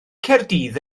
caerdydd